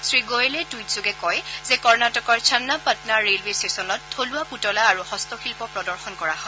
শ্ৰীগোৱেলে টুইটযোগে কয় যে কৰ্ণাটকৰ চন্নাপাটনা ৰেলৱে ষ্টেছনত থলুৱা পুতলা আৰু হস্ত শিল্প প্ৰদৰ্শন কৰা হয়